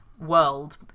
world